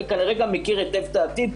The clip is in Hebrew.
וכנראה מכיר היטב גם את העתיד,